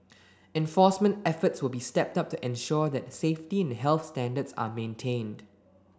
enforcement efforts will be stepped up to ensure that safety and health standards are maintained